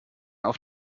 auf